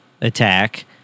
attack